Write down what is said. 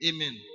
Amen